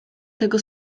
tego